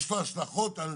יש לו השלכות על